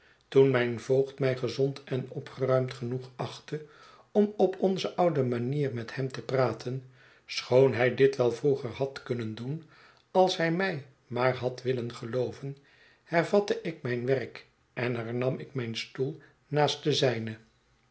toen mijn voogd mij gezond en opgeruimd genoeg achtte om op onze oude manier met hem te praten schoon hij dit wel vroeger had kunnen doen als hij mij maar had willen gelooven hervatte ik mijn werk en hernam ik mijn stoel naast den zijnen